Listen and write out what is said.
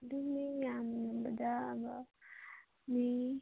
ꯑꯗꯨꯝ ꯃꯤ ꯌꯥꯝꯕꯗ ꯃꯤ